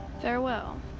Farewell